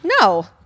No